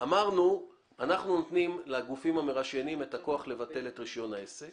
אמרנו שאנחנו נותנים לגופים המרשיינים את הכוח לבטל את רישיון העסק